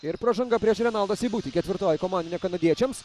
ir pražanga prieš renaldą seibutį ketvirtoji komandinė kanadiečiams